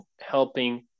helping